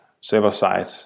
server-side